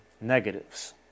negatives